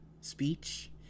speech